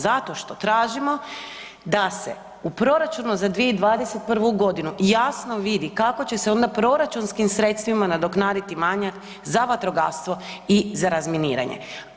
Zato što tražimo da se u proračunu za 2021.g. jasno vidi kako će se onda proračunskim sredstvima nadoknaditi manjak za vatrogastvo i za razminiranje.